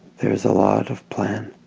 there's a lot of plan,